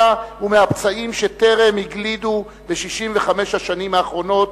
ומהפצעים שטרם הגלידו ב-65 השנים האחרונות,